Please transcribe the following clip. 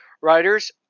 writers